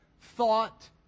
thought